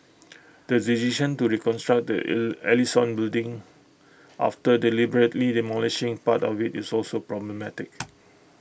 the decision to reconstruct the Ell Ellison building after deliberately demolishing part of IT is also problematic